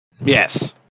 Yes